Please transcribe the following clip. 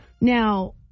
now